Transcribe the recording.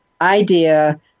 idea